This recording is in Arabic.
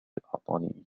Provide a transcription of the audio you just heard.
أعطاني